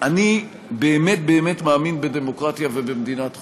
אני באמת באמת מאמין בדמוקרטיה ובמדינת חוק.